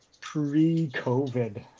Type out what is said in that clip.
pre-COVID